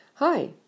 Hi